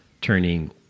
turning